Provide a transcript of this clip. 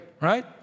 Right